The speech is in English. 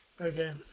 Okay